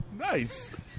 nice